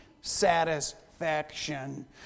satisfaction